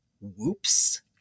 Whoops